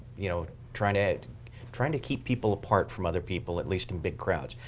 you know, trying to trying to keep people apart from other people, at least in big crowds.